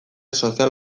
sozial